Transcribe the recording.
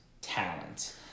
talent